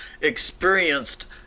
experienced